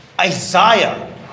Isaiah